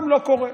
גם לא קורה.